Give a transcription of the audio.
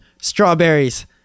strawberries